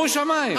שומו שמים.